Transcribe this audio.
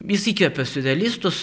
jis įkvėpė siurrealistus